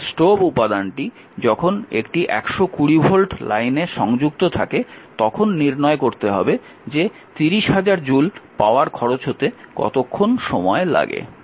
এখানে স্টোভ উপাদানটি যখন একটি 120V লাইনে সংযুক্ত থাকে তখন নির্ণয় করতে হবে যে 30000 জুল পাওয়ার খরচ হতে কতক্ষণ সময় লাগে